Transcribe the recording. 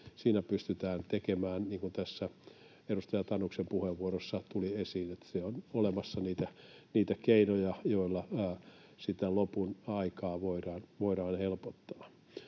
siinä pystytään tekemään — niin kuin tässä edustaja Tanuksen puheenvuorossa tuli esiin, että on olemassa niitä keinoja, joilla sitä lopun aikaa voidaan helpottaa.